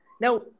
Now